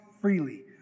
freely